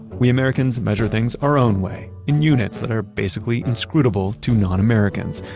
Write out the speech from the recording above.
we americans measure things our own way in units that are basically inscrutable to non-americans,